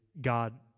God